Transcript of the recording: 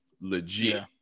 legit